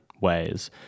ways